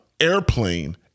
airplane